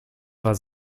war